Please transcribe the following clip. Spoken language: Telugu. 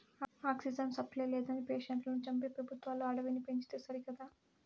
ఆక్సిజన్ సప్లై లేదని పేషెంట్లను చంపే పెబుత్వాలు అడవిని పెంచితే సరికదా